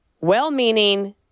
Well-meaning